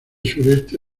sureste